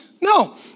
No